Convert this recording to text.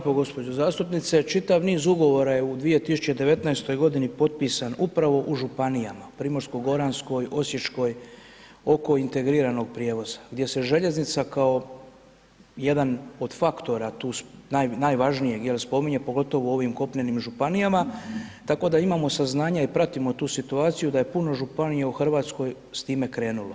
Hvala vam lijepo gospođo zastupnice, čitav niz ugovora je u 2019. godine potpisan upravo u županijama Primorsko-goranskoj, Osječkoj oko integriranog prijevoza, gdje se željeznica kao jedan od faktora tu najvažnijeg jel spominje pogotovo u ovim kopnenim županijama, tako da imamo saznanja i pratimo tu situaciju da je puno županija u Hrvatskoj s time krenulo.